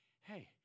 hey